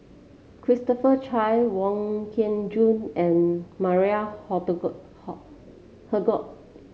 Christopher Chia Wong Kin Jong and Maria Hertogh